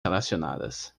relacionadas